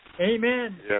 amen